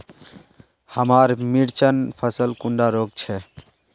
हमार मिर्चन फसल कुंडा रोग छै?